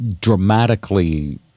dramatically